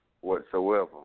whatsoever